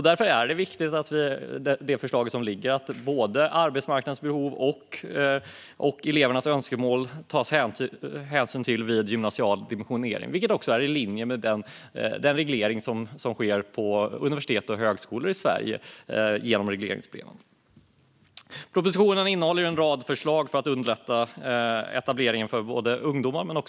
Därför är det viktigt att det i det förslag som ligger tas hänsyn till både arbetsmarknadens behov och elevernas önskemål i den gymnasiala utbildningens dimensionering. Det är också i linje med den reglering som sker på universitet och högskolor i Sverige genom regleringsbrev. Propositionen innehåller en rad förslag för att underlätta etableringen på arbetsmarknaden för både ungdomar och vuxna.